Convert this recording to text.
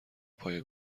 پایه